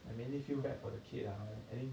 you make me feel bad for the kid ah I mean